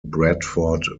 bradford